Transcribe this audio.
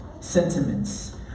sentiments